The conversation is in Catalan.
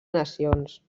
nacions